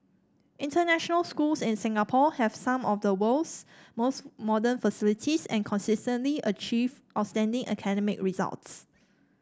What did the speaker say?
international schools in Singapore have some of the world's most modern facilities and consistently achieve outstanding academic results